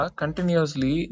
continuously